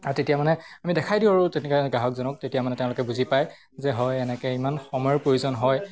আৰু তেতিয়া মানে আমি দেখুৱাই দিওঁ আৰু তেনেকৈ গ্ৰাহকজনক তেতিয়া মানে তেওঁলোকে বুজি পায় যে হয় এনেকৈ ইমান সময়ৰ প্ৰয়োজন হয়